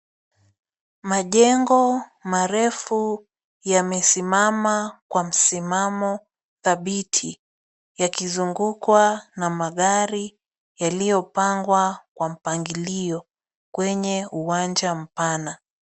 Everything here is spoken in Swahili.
Majengo marefu yamesimama kwa msimamo dhabiti yakizungukwa na magari yaliyopangwa kwa mpangilio kwenye uwanja mpana.